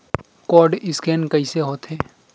Code scan कइसे होथे?